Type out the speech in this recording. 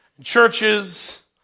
churches